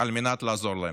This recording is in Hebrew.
על מנת לעזור להם.